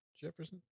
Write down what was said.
Jefferson